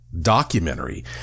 documentary